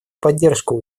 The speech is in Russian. поддержку